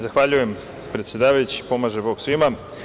Zahvaljujem, predsedavajući, pomaže Bog svima.